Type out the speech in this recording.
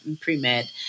pre-med